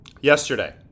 yesterday